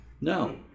No